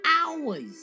hours